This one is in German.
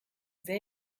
sehr